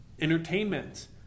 entertainment